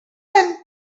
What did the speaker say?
person